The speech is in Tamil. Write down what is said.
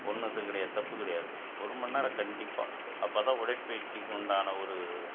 உன்னுது கிடையாது தப்புக் கிடையாது ஒரு மணி நேரம் கண்டிப்பாக அப்போதான் உடற்பயிற்சிக்கு உண்டான ஒரு